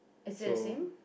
is still the same